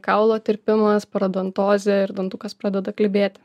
kaulo tirpimas parodontozė ir dantukas pradeda klibėti